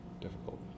difficult